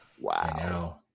Wow